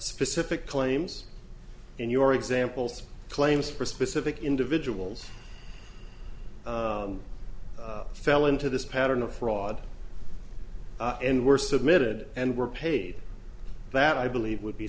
specific claims in your examples claims for specific individuals fell into this pattern of fraud and were submitted and were paid that i believe would be